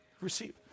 receive